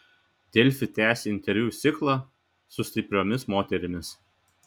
delfi tęsia interviu ciklą su stipriomis moterimis